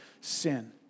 sin